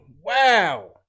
Wow